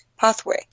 pathway